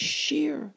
sheer